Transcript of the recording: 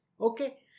Okay